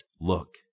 Look